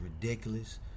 ridiculous